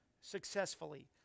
successfully